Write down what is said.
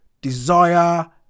desire